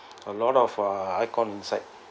a lot of uh icon inside